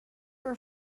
her